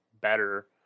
better